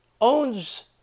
owns